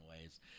ways